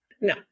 No